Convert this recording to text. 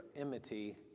enmity